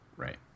Right